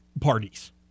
parties